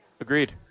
Agreed